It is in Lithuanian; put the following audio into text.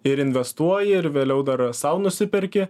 ir investuoji ir vėliau dar sau nusiperki